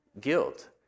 guilt